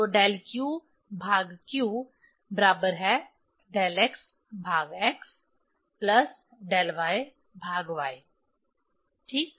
तो del q भाग q बराबर है डेल x भाग x प्लस डेल y भाग y ठीक